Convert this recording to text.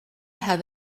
have